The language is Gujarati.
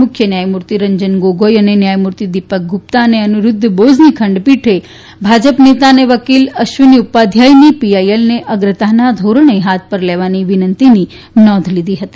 મુખ્ય ન્યાયમૂર્તિ રંજન ગોગોઈ અને ન્યાયમૂર્તિ દિપક ગુપ્તા અને અનિરૂદ્વા બોઝની ખંડપીઠે ભાજપ નેતા અને વકીલ અશ્વિની ઉપાધ્યાયની પીઆઈએલને અગ્રતાના ધોરણે હાથ પર લેવાની વિનંતીની નોંધ લીધી હતી